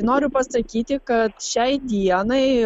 noriu pasakyti kad šiai dienai